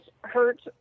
hurt